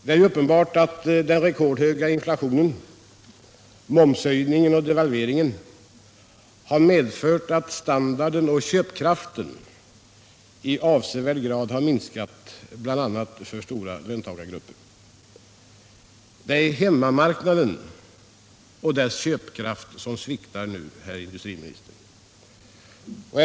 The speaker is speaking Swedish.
Det är uppenbart att den rekordhöga inflationen, momshöjningen och devalveringarna har medfört att standarden och köpkraften i avsevärd grad har minskat för stora löntagargrupper. Det är hemmamarknaden och dess köpkraft som sviktar nu, herr industriminister.